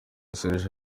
serge